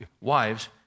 wives